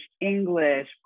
English